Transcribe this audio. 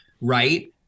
Right